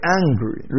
angry